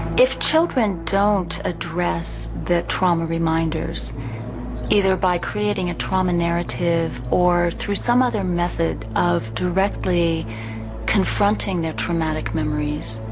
if children don't address their trauma reminders either by creating a trauma narrative or through some other method of directly confronting their traumatic memories,